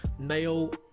male